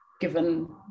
given